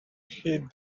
heat